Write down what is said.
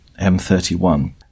M31